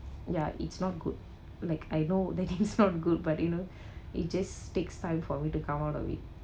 ya it's not good like I know that it's not good but you know it just takes time for me to come out of it